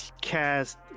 cast